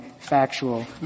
factual